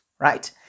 Right